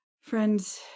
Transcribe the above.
friends